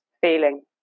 feeling